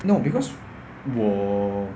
no because 我